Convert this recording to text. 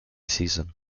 season